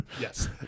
Yes